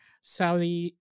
Saudi